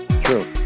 True